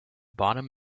bottom